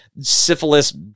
syphilis